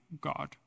God